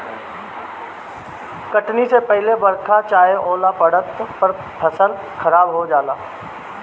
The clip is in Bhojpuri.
कटनी से पहिले बरखा चाहे ओला पड़ला पर फसल खराब हो जाला